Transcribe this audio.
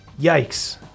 Yikes